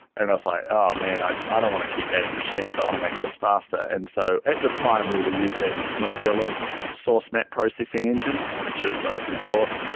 and i was like, oh, man! i ah don't want to keep adding machines. i want to make this faster. and so at the time we were using mozilla's source map processing engine, which is open-source.